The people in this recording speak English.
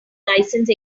license